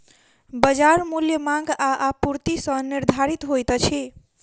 बजार मूल्य मांग आ आपूर्ति सॅ निर्धारित होइत अछि